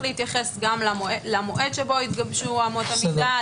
להתייחס גם למועד שבו התגבשו אמות המידה,